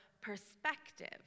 perspective